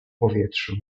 powietrzu